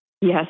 Yes